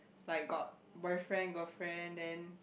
like got boyfriend girlfriend then